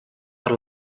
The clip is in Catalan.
per